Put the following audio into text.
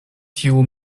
tiu